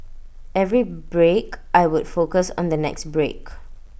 every break I would focus on the next break